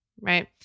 right